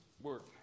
work